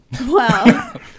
wow